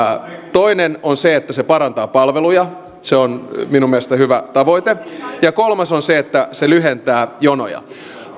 toinen on se että se parantaa palveluja se on minun mielestäni hyvä tavoite ja kolmas on se että se lyhentää jonoja